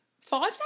Five